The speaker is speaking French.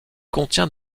contient